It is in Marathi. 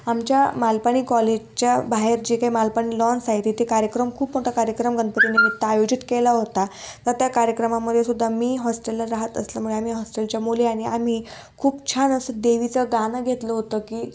आमच्या मालपाणी कॉलेजच्या बाहेर जे काही मालपाणी लॉन्स आहे तिथे कार्यक्रम खूप मोठा कार्यक्रम गणपतीनिमित्त आयोजित केला होता तर त्या कार्यक्रमामध्ये सुद्धा मी हॉस्टेलला राहत असल्यामुळे आम्ही हॉस्टेलच्या मुली आणि आम्ही खूप छान असं देवीचं गााणं घेतलं होतं की